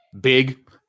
big